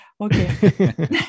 Okay